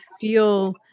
feel